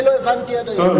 את זה לא הבנתי עד היום.